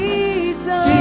Jesus